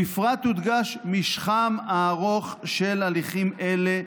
בפרט הודגש משכם הארוך של הליכים אלה,